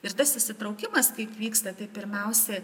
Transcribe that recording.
ir tas įsitraukimas kaip vyksta tai pirmiausia